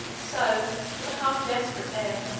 so, with a half desperate air,